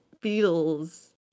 feels